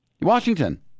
Washington